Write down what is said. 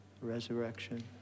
resurrection